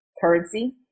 currency